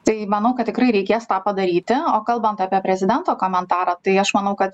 tai manau kad tikrai reikės tą padaryti o kalbant apie prezidento komentarą tai aš manau kad